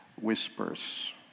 Whispers